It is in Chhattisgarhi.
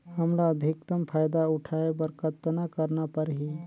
हमला अधिकतम फायदा उठाय बर कतना करना परही?